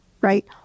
right